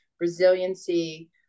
resiliency